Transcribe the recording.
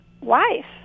wife